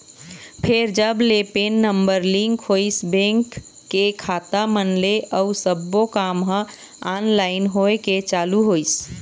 फेर जब ले पेन नंबर लिंक होइस बेंक के खाता मन ले अउ सब्बो काम ह ऑनलाइन होय के चालू होइस